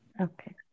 Okay